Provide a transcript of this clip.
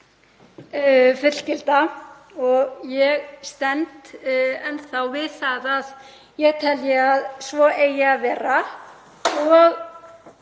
fullgilda. Ég stend enn þá við það að ég telji að svo eigi að vera og